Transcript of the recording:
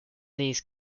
these